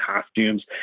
costumes